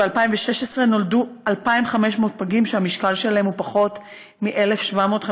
ב-2016 נולדו 2,500 פגים שהמשקל שלהם הוא פחות מ-1,750 גרם,